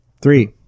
Three